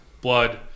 blood